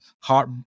heart